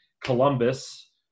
Columbus